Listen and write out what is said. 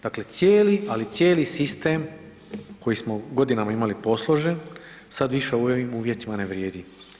Dakle, cijeli, ali cijeli sistem koji smo godinama imali posložen sad više u ovim uvjetima ne vrijedi.